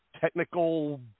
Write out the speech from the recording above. technical